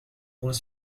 point